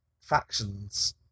factions